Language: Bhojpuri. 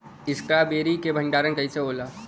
स्ट्रॉबेरी के भंडारन कइसे होला?